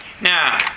Now